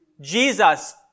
Jesus